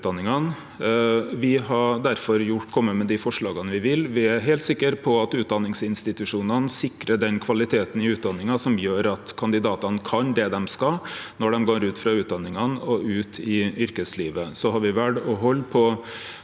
Me har difor kome med dei forslaga me vil. Me er heilt sikre på at utdanningsinstitusjonane sikrar den kvaliteten i utdanningane som gjer at kandidatane kan det dei skal når dei går ut frå utdanninga og ut i yrkeslivet. Me har valt å halde på